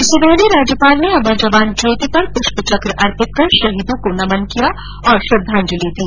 इससे पहले राज्यपाल ने अमर जवान ज्योति पर पृष्प चक्र अर्पित कर शहीदों को नमन किया और श्रद्वांजलि दी